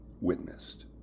witnessed